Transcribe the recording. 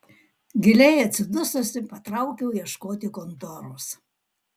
giliai atsidususi patraukiau ieškoti kontoros